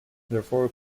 therefore